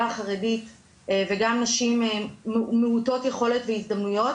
החרדית וגם נשים מעוטות יכולת והזדמנויות